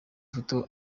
ifite